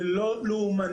זה לא לאומני.